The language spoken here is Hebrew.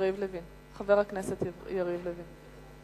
חבר הכנסת יריב לוין.